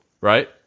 right